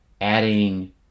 adding